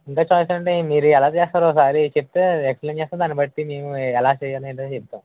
choice అంటే మీరు ఎలా చేస్తారో ఒకసారి చెప్తే ఎక్సప్లైన్ చేస్తే దాన్ని బట్టి మేము ఎలా చెయ్యాలో ఏంటో చెప్తాము